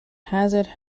hazard